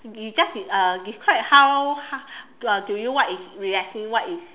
you just uh describe how do you what is reacting what is